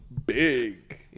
big